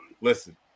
Listen